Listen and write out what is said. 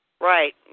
Right